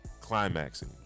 climaxing